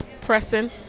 pressing